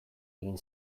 egin